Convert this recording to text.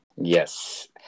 yes